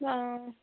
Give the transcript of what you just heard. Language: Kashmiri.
آ